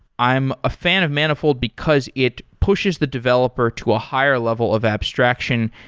i'm a fan of manifold because it pushes the developer to a higher level of abstraction,